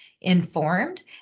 informed